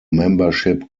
membership